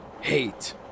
Hate